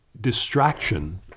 distraction